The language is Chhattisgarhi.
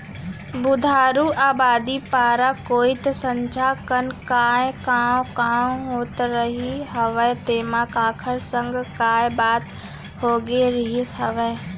बुधारू अबादी पारा कोइत संझा कन काय कॉंव कॉंव होत रहिस हवय तेंमा काखर संग काय बात होगे रिहिस हवय?